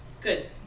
Good